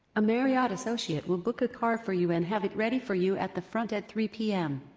a marriott associate will book a car for you and have it ready for you at the front at three pm